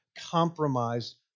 compromised